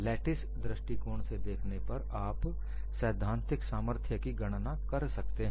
lettuce दृष्टिकोण से देखने पर आप सैद्धांतिक सामर्थ्य की गणना कर सकते हैं